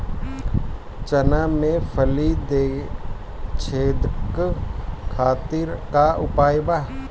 चना में फली छेदक खातिर का उपाय बा?